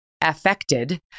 affected